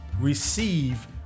receive